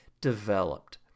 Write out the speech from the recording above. developed